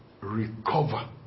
recover